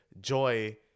Joy